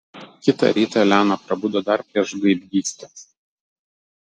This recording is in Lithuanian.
kitą rytą elena prabudo dar prieš gaidgystę